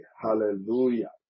Hallelujah